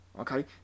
okay